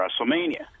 WrestleMania